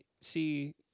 see